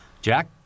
Jack